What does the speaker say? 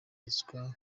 ruswa